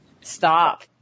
stop